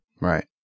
Right